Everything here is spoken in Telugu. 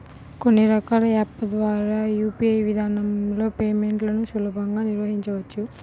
కొన్ని రకాల యాప్ ల ద్వారా యూ.పీ.ఐ విధానంలో పేమెంట్లను సులభంగా నిర్వహించవచ్చు